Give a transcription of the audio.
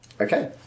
Okay